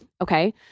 okay